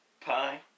pie